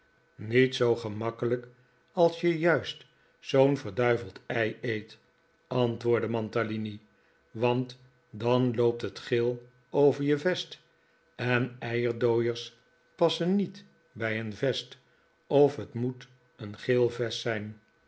niet zoo gemakkelijk als je juist zoo'n verduiveld ei eet antwoordde mantalini want dan loopt het geel over je vest en eierdooiers passen niet bij een vest of het moet een geel vest zijn